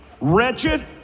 wretched